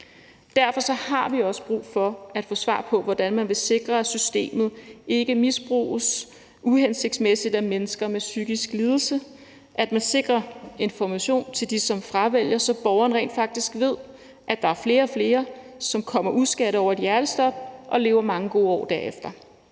Derfor har vi også brug for at få svar på, hvordan man vil sikre, at systemet ikke bruges uhensigtsmæssigt af mennesker med psykisk lidelse, og sikre information til dem, som fravælger, så de borgere rent faktisk ved, at der er flere og flere, som kommer over et hjertestop uden skader og lever mange gode år derefter.